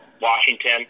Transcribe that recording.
Washington